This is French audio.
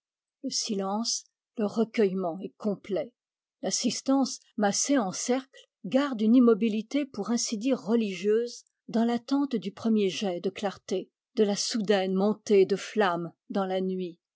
le silence le recueillement est complet l'assistance massée en cercle garde une immobilité pour ainsi dire religieuse dans l'attente du premier jet de clarté de la soudaine montée de flamme dans la nuit